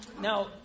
Now